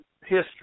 history